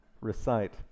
recite